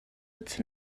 its